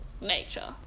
nature